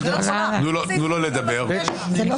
הזה העלו את כל חוקי-היסוד לרמה החוקתית, קבעו